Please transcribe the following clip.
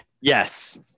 Yes